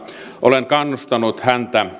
olen kannustanut häntä